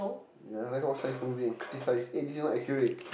ya I like to watch science movie and criticise eh this is not accurate